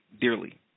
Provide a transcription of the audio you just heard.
dearly